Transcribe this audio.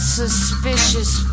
suspicious